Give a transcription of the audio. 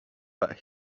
but